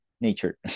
nature